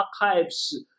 archives